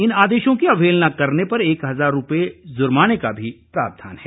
इन आदेशों की अवहेलना पर एक हजार रूपए जुर्माने का प्रावधान है